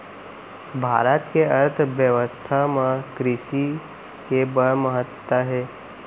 भारत के अर्थबेवस्था म कृसि के बड़ महत्ता हे